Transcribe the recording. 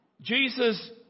Jesus